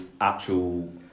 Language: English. actual